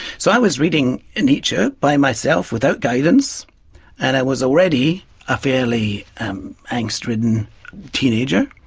so i was reading nietzsche by myself without guidance and i was already a fairly angst-ridden teenager,